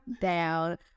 down